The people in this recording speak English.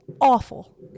awful